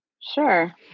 Sure